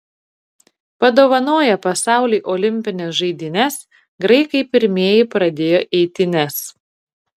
padovanoję pasauliui olimpines žaidynes graikai pirmieji pradėjo eitynes